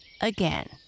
again